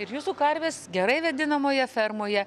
ir jūsų karvės gerai vėdinamoje fermoje